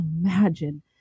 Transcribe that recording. imagine